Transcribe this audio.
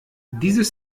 dieses